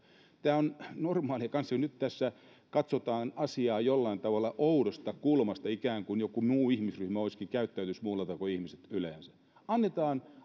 tämä on normaalia ja nyt tässä katsotaan asiaa jollain tavalla oudosta kulmasta ikään kuin joku muu ihmisryhmä käyttäytyisikin muulla tavoin kuin ihmiset yleensä annetaan